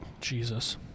Jesus